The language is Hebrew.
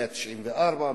194,